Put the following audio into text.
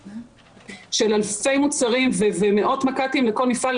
של אלפי מוצרים ומאות מק"טים לכל מפעל,